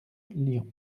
lyon